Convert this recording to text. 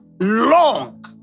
long